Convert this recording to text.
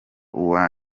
uwa